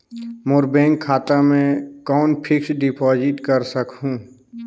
मोर bank खाता मे कौन फिक्स्ड डिपॉजिट कर सकहुं?